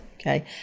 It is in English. okay